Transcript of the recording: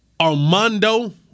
Armando